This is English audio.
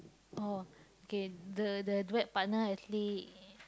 oh okay the the web partner actually